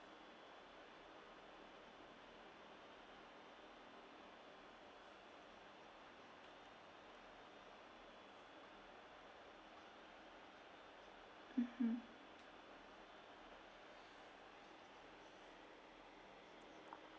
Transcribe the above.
mmhmm